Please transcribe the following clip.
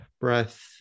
breath